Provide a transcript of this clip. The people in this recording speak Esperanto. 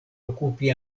okupi